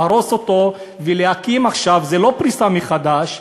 להרוס אותו ולהקים עכשיו, זה לא פריסה מחדש,